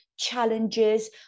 challenges